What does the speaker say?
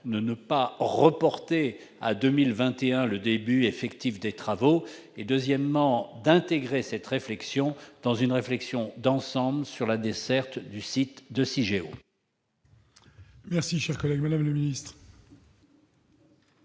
ne pas reporter à 2021 le début effectif des travaux. Deuxièmement, il faut intégrer cette réflexion dans une réflexion d'ensemble sur la desserte du site de Cigéo. La parole est à Mme la ministre.